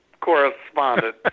correspondent